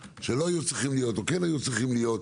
שלא היו צריכים להיות או כן היו צריכים להיות,